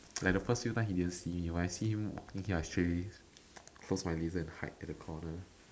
like the first few times he didn't see me when I see him walking here I straight away close my laser and hide at the corner